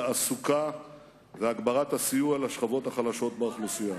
תעסוקה והגברת הסיוע לשכבות החלשות באוכלוסייה.